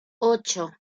ocho